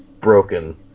broken